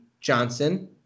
Johnson